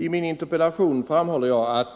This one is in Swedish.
I min interpellation framhöll jag: